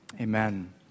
Amen